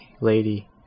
lady